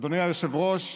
אדוני היושב-ראש,